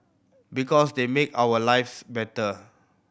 because they make our lives better